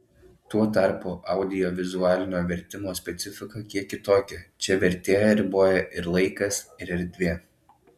tuo tarpu audiovizualinio vertimo specifika kiek kitokia čia vertėją riboja ir laikas ir erdvė